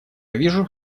вижу